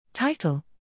Title